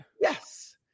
Yes